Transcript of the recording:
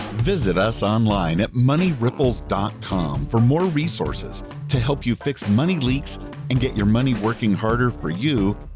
visit us online at moneyripples dot com for more resources to help you fix money leaks and get your money working harder for you.